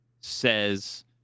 says